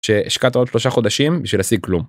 שהשקעת עוד שלושה חודשים בשביל להשיג כלום.